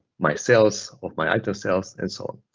my sales of my item sales and so on.